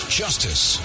justice